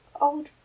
old